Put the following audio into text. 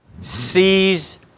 Seize